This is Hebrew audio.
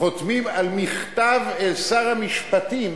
חותמים על מכתב אל שר המשפטים,